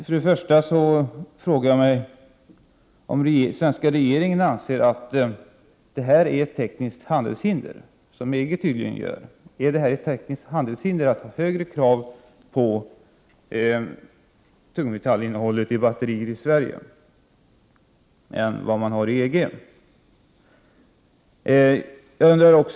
Jag undrar om den svenska regeringen anser att detta är ett tekniskt handelshinder, att ha strängare krav när det gäller tungmetallinnehållet i batterier i Sverige än man har i EG. Det anser man tydligen inom EG.